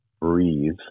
breathe